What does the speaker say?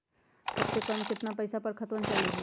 सबसे कम केतना पईसा पर खतवन चालु होई?